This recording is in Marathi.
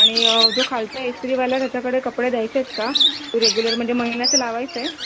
आणि जो खालचा ईस्त्रीवाला आहे त्याच्याकडे कपडे द्यायचे आहेत का तू रेग्युलर म्हणजे महिन्याचं लावायचं आहे